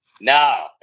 No